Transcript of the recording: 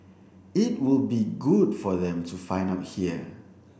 it would be good for them to find out here